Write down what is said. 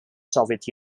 soviet